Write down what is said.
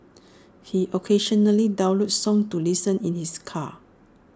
he occasionally downloads songs to listen in his car